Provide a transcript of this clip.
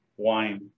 wine